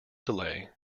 delay